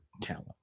talent